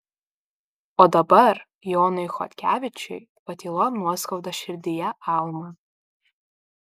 o dabar jonui chodkevičiui patylom nuoskauda širdyje alma